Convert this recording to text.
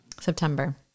september